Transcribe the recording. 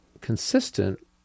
consistent